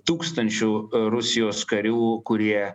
tūkstančių rusijos karių kurie